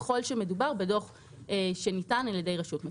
אם שמדובר בדוח שניתן על ידי רשות מקומית.